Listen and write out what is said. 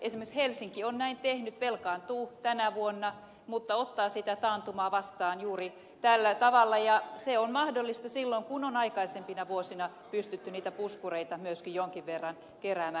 esimerkiksi helsinki on näin tehnyt velkaantuu tänä vuonna mutta ottaa sitä taantumaa vastaan juuri tällä tavalla ja se on mahdollista silloin kun on aikaisempina vuosina pystytty niitä puskureita myöskin jonkin verran keräämään